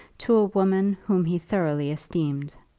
to a woman whom he thoroughly esteemed,